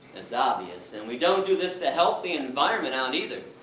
that's obvious. and we don't do this to help the environment out either.